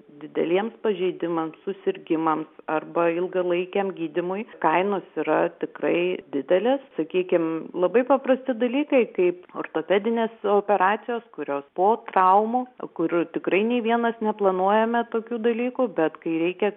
dideliems pažeidimams susirgimams arba ilgalaikiam gydymui kainos yra tikrai didelės sakykim labai paprasti dalykai kaip ortopedinės operacijos kurios po traumų kurių tikrai nei vienas neplanuojame tokių dalykų bet kai reikia